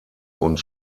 und